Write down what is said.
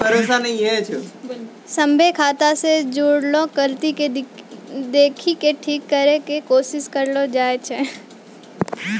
सभ्भे खाता से जुड़लो गलती के देखि के ठीक करै के कोशिश करलो जाय छै